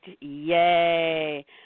yay